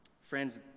Friends